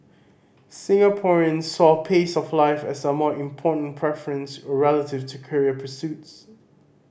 Singaporeans saw pace of life as a more important preference relative to career pursuits